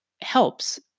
helps